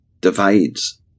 divides